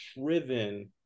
driven